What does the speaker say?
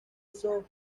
eso